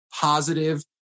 positive